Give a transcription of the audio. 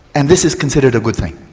and this is considered a good thing.